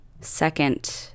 second